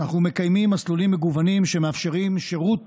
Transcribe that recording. אנחנו מקיימים מסלולים מגוונים שמאפשרים שירות